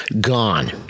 gone